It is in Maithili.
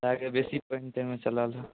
काहेकि बेसी पानि तानिमे चललए